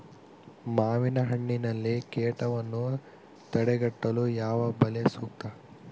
ಮಾವಿನಹಣ್ಣಿನಲ್ಲಿ ಕೇಟವನ್ನು ತಡೆಗಟ್ಟಲು ಯಾವ ಬಲೆ ಸೂಕ್ತ?